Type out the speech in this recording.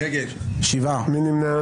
הצבעה לא אושרו.